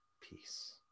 peace